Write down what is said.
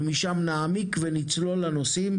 ומשם נעמיק ונצלול לנושאים.